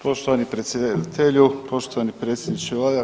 Poštovani predsjedatelju, poštovani predsjedniče vlade.